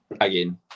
again